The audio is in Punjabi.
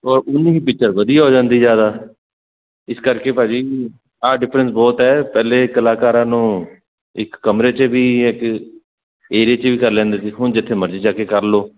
ਵਧੀਆ ਹੋ ਜਾਂਦੀ ਜਿਆਦਾ ਇਸ ਕਰਕੇ ਭਾਅ ਜੀ ਆਹ ਡਿਫਰੈਂਸ ਬਹੁਤ ਹੈ ਪਹਿਲੇ ਕਲਾਕਾਰਾਂ ਨੂੰ ਇੱਕ ਕਮਰੇ 'ਚ ਵੀ ਇੱਕ ਏਰੀਏ ਚ ਵੀ ਕਰ ਲੈਂਦੇ ਸੀ ਹੁਣ ਜਿੱਥੇ ਮਰਜ਼ੀ ਚੱਕ ਕੇ ਕਰ ਲਓ